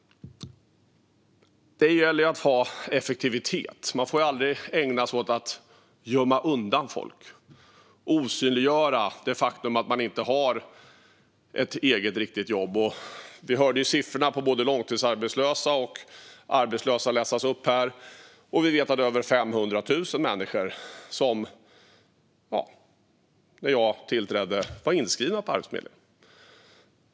Det gäller att vara effektiv. Man får aldrig ägna sig åt att gömma undan människor och osynliggöra att de inte har riktiga jobb. Vi hörde siffrorna för både långtidsarbetslösheten och övrig arbetslöshet läsas upp här, och vi vet att över 500 000 människor var inskrivna på Arbetsförmedlingen när jag tillträdde.